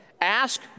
ask